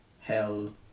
hell